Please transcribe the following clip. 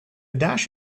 dash